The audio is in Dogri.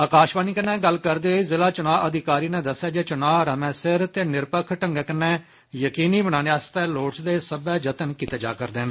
आकाशवाणी कन्नै गल्ल करदे होई जिला चुनां अधिकारी नै दस्सेआ जे चुनां समै सिर ते निरपक्ख ढंगै कन्नै जकीनी बनाने आस्तै लोड़चदे सब्बै जतन कीते जा'रदे न